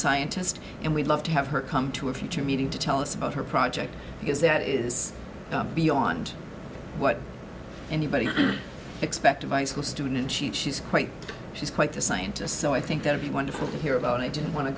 scientist and we'd love to have her come to a future meeting to tell us about her project because that is beyond what anybody expected by school student she she's quite she's quite a scientist so i think that to be wonderful to hear about i didn't want to